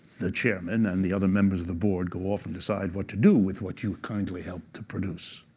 the chairman and the other members of the board go off and decide what to do with what you kindly helped to produce.